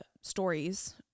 stories